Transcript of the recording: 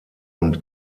und